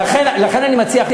לכן אני מציע,